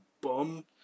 bomb